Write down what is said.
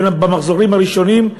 במחזורים הראשונים,